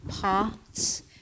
paths